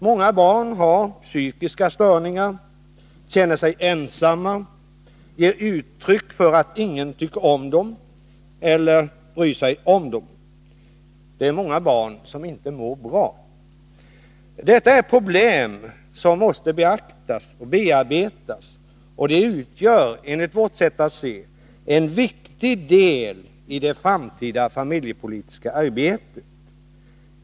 Många barn har psykiska störningar, känner sig ensamma, ger uttryck för att ingen tycker om dem eller bryr sig om dem. Det är många barn som inte mår bra. Detta är problem som måste beaktas och bearbetas, vilket enligt vårt sätt att se utgör en viktig del i det framtida familjepolitiska arbetet.